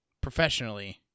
professionally